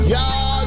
Y'all